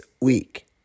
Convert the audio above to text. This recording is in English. week